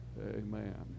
Amen